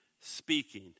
speaking